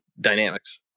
dynamics